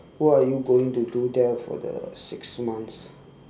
what are you going to do there for the six months